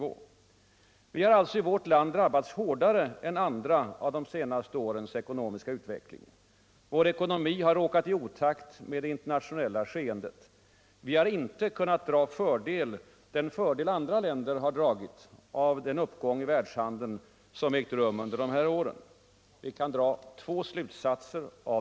Vårt land har alltså drabbats hårdare än andra länder av de senaste årens ekonomiska utveckling. Vår ekonomi har råkat i otakt med det internationella skeendet. Vi har inte kunnat dra den fördel som andra länder har dragit av den uppgång i världshandeln som ägt rum under de här åren. Härav kan man dra två slutsatser.